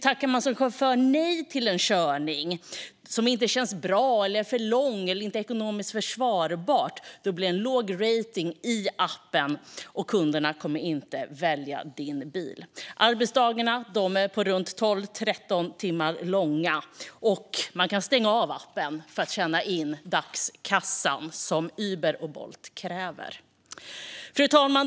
Tackar man som chaufför nej till en körning som inte känns bra, som känns för lång eller som inte känns ekonomiskt försvarbar blir det en låg rating i appen, och kunderna kommer inte att välja den chaufförens bil. Arbetsdagarna är runt 12-13 timmar långa, och det går att stänga av appen för att tjäna in dagskassan som Uber och Bolt kräver. Fru talman!